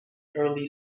early